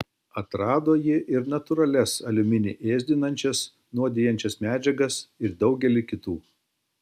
atrado ji ir natūralias aliuminį ėsdinančias nuodijančias medžiagas ir daugelį kitų